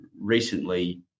recently